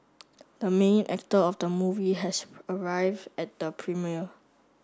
the main actor of the movie has arrived at the premiere